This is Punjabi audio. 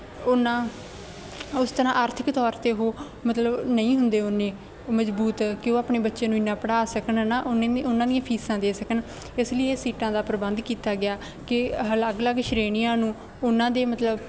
ਓਨਾ ਉਸ ਤਰ੍ਹਾਂ ਆਰਥਿਕ ਤੌਰ 'ਤੇ ਉਹ ਮਤਲਬ ਨਹੀਂ ਹੁੰਦੇ ਓਨੇ ਮਜ਼ਬੂਤ ਕਿ ਉਹ ਆਪਣੇ ਬੱਚੇ ਨੂੰ ਇੰਨਾ ਪੜ੍ਹਾ ਸਕਣ ਨਾ ਓਨੇ ਨੇ ਉਹਨਾਂ ਦੀਆਂ ਫੀਸਾਂ ਦੇ ਸਕਣ ਇਸ ਲਈ ਇਹ ਸੀਟਾਂ ਦਾ ਪ੍ਰਬੰਧ ਕੀਤਾ ਗਿਆ ਕਿ ਅਲੱਗ ਅਲੱਗ ਸ਼੍ਰੇਣੀਆਂ ਨੂੰ ਉਹਨਾਂ ਦੇ ਮਤਲਬ